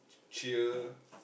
cheer